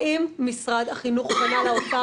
האם משרד החינוך פנה לאוצר?